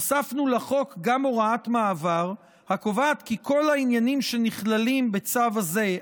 הוספנו לחוק גם הוראת מעבר הקובעת כי כל העניינים שנכללים בצו זה,